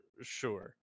sure